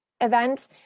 event